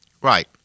Right